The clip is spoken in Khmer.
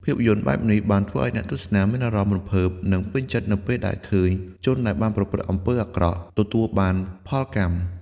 ភាពយន្តបែបនេះបានធ្វើឲ្យអ្នកទស្សនាមានអារម្មណ៍រំភើប និងពេញចិត្តនៅពេលដែលឃើញជនដែលបានប្រព្រឹត្តអំពើអាក្រក់ទទួលបានផលកម្ម។